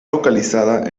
localizada